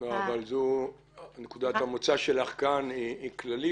--- אבל נקודת המוצא שלך כאן היא כללית,